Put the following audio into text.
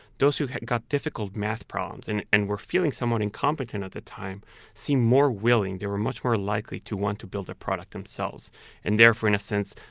those who got difficult math problems and and were feeling somewhat incompetent at the time seemed more willing. they were much more likely to want to build the product themselves and therefore, in a sense,